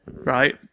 Right